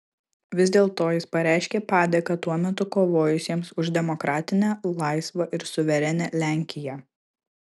vis dėlto jis pareiškė padėką tuo metu kovojusiems už demokratinę laisvą ir suverenią lenkiją